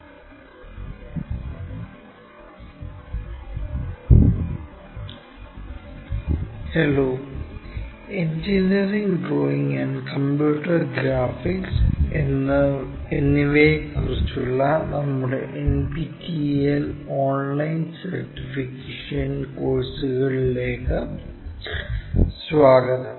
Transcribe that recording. orthographic projection II part 6 hello engineering drawing and computer graphics എന്നിവയെക്കുറിച്ചുള്ള നമ്മുടെ NPTEL online certification കോഴ്സുകളിലേക്ക് സ്വാഗതം